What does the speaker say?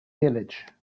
village